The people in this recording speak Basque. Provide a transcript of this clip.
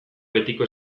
betiko